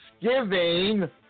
Thanksgiving